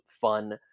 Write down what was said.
fun